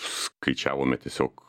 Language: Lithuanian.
skaičiavome tiesiog